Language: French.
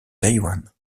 taïwan